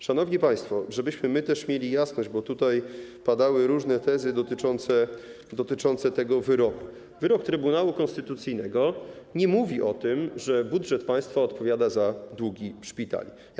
Szanowni państwo, żebyśmy mieli jasność, bo padały różne tezy dotyczące tego wyroku, wyrok Trybunału Konstytucyjnego nie mówi o tym, że budżet państwa odpowiada za długi szpitali.